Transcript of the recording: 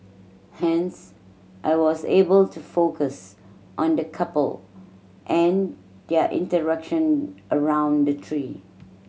hence I was able to focus on the couple and their interaction around the tree